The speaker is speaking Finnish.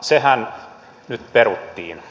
sehän nyt peruttiin